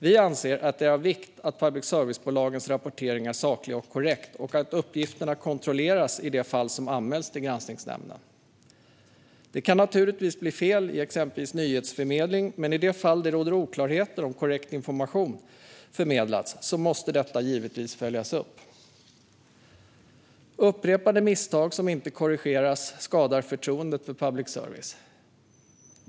Vi anser att det är av vikt att public service-bolagens rapportering är saklig och korrekt och att uppgifterna kontrolleras i de fall som anmäls till granskningsnämnden. Det kan naturligtvis bli fel i exempelvis nyhetsförmedling, men i de fall det råder oklarheter om korrekt information förmedlats måste detta givetvis följas upp. Upprepade misstag som inte korrigeras skadar förtroendet för public service.